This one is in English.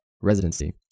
residency